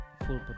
Full